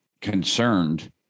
concerned